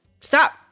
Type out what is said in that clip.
stop